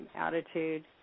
attitude